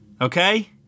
Okay